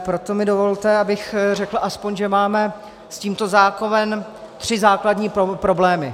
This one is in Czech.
Proto mi dovolte, abych řekl aspoň, že máme s tímto zákonem tři základní problémy.